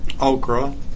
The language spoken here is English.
okra